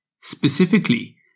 Specifically